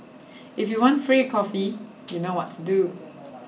if you want free coffee you know what to do